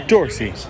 Dorsey